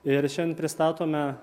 ir šiandien pristatome